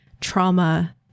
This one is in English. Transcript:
trauma